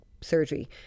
surgery